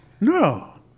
No